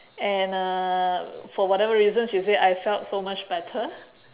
and uh for whatever reason she said I felt so much better